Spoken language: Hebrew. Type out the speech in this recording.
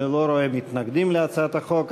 אני לא רואה מתנגדים להצעת החוק.